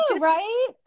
right